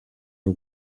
are